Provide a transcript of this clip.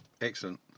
Excellent